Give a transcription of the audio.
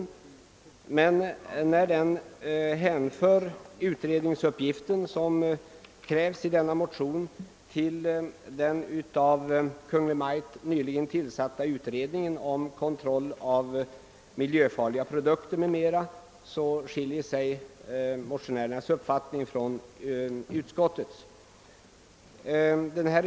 Vi reservanter delar dock inte utskottets mening att den utredning som krävs i motionen kan göras av den av Kungl. Maj:t nyligen tillsatta utredningen om kontroll av miljöfarliga produkter m.m.